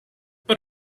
but